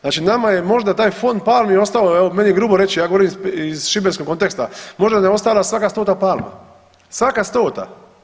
Znači nama je možda taj fond palmi ostao evo meni je grubo reći, ja govorim iz šibenskog konteksta, možda da je ostala svaka stota palma, svaka stota.